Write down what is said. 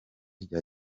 rya